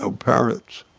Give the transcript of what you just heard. so parrots.